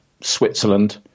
Switzerland